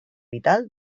vital